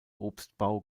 obstbau